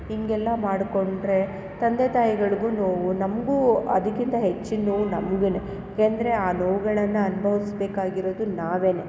ಹೀಗೆಲ್ಲ ಮಾಡಿಕೊಂಡ್ರೆ ತಂದೆ ತಾಯಿಗಳ್ಗು ನೋವು ನಮಗೂ ಅದಕ್ಕಿಂತ ಹೆಚ್ಚಿನ ನೋವು ನಮಗೇನೆ ಯಾಕೆಂದ್ರೆ ಆ ನೋವುಗಳನ್ನು ಅನುಭವಿಸ್ಬೇಕಾಗಿರೋದು ನಾವೆನೆ